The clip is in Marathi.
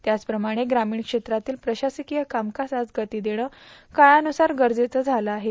त्याचप्रमाणे ग्रामोण क्षेत्रातील प्रशासकीय कामकाजास गती देणं काळानुसार गरजेचं झालं आहे